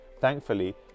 Thankfully